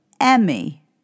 Emmy